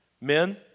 Men